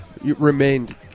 remained